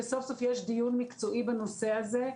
וסוף סוף יש דיון מקצועי בנושא הזה.